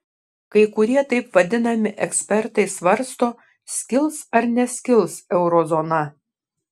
kai kurie taip vadinami ekspertai svarsto skils ar neskils eurozona